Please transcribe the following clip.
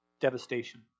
devastation